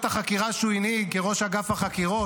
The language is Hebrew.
החקירה שהוא הנהיג כראש אגף החקירות,